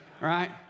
Right